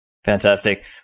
Fantastic